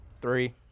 three